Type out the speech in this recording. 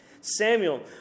Samuel